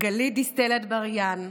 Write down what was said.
גלית דיסטל אטבריאן,